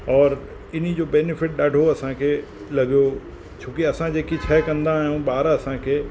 और हिनजो बैनिफ़िट ॾाढो असांखे लॻियो छो कि असां जेकी शइ कंदा आहियूं ॿार असांखे